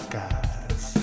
guys